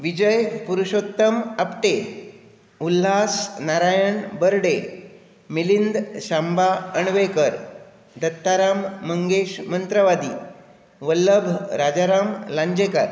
Vijay Purushottam Apte Ullas Narayan Barde Milind Shamba Aanvenkar Dattaram Mangesh Mantravadi Vallabh Rajaram Lanjekar